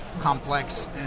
complex